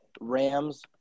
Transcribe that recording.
Rams